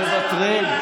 הם מוותרים.